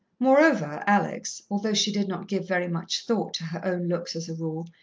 moreover, alex, although she did not give very much thought to her own looks as a rule,